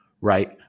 right